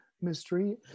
mystery